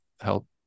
help